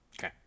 Okay